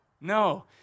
no